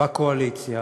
שבקואליציה